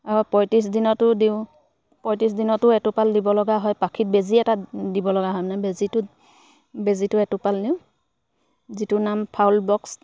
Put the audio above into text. অঁ পঁয়ত্ৰিছ দিনতো দিওঁ পঁয়ত্ৰিছ দিনতো এটোপাল দিব লগা হয় পাখিত বেজী এটা দিব লগা হয় মানে বেজীটোত বেজীটো এটোপাল দিওঁ যিটোৰ নাম ফাউল বক্স